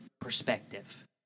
perspective